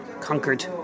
conquered